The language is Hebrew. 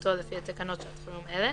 בנוכחותו לפי תקנות שעת חירום אלה,